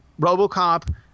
robocop